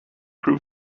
prove